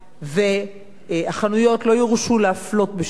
החנויות לא יורשו להפלות בשטחי מדף,